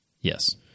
Yes